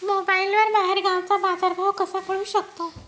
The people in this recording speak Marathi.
मोबाईलवर बाहेरगावचा बाजारभाव कसा कळू शकतो?